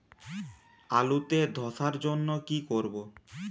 আলুতে ধসার জন্য কি করব?